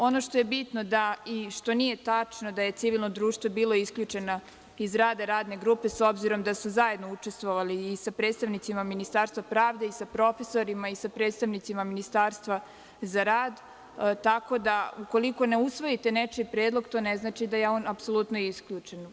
Ono što je bitno i što nije tačno, da je civilno društvo bilo isključeno iz rada radne grupe, s obzirom da su zajedno učestvovali i sa predstavnicima Ministarstva pravde i sa profesorima i sa predstavnicima Ministarstva za rad, tako da ukoliko ne usvojite nečiji predlog, to ne znači da je on apsolutno isključen.